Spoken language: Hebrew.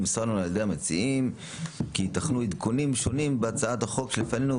נמסרנו על ידי המציעים כי ייתכנו עדכונים שונים בהצעת החוק שלפנינו,